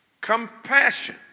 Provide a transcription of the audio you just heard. compassion